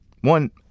one